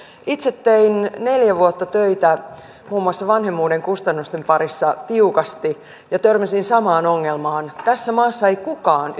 itse tein neljä vuotta töitä muun muassa vanhemmuuden kustannusten parissa tiukasti ja törmäsin samaan ongelmaan tässä maassa ei kukaan